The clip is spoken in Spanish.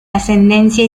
ascendencia